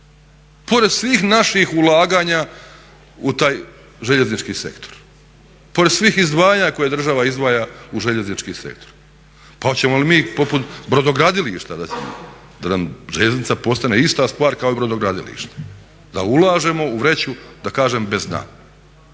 Pored svih naših ulaganja u taj željeznički sektor, pored svih izdvajanja koje država izdvaja u željeznički sektor. Pa hoćemo li mi poput brodogradilišta da nam željeznica postane ista stvar kao i brodogradilište, da ulažemo u vreću da kažem bez dna.